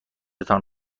تان